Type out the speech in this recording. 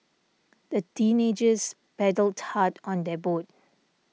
the teenagers paddled hard on their boat